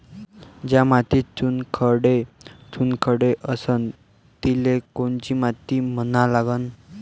ज्या मातीत चुनखडे चुनखडे असन तिले कोनची माती म्हना लागन?